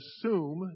assume